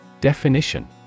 Definition